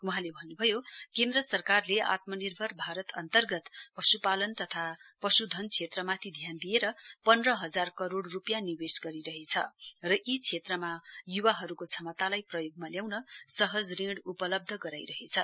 वहाँले भन्नुभयो केन्द्र सरकारले आत्मनिर्भर भारत अन्तर्गत पश्पालन तथा पश्पालन पश्धन क्षेत्रमाथि ध्यान दिएर पन्ध्र हजार करोड रूपियाँ निवेश गरिरहेछ र यी क्षेत्रमा य्वाहरूको क्षमतालाई प्रयोगमा ल्याउन सहज ऋण उपलब्ध गराइरहेछ